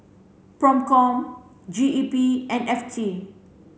PROCOM G E P and F T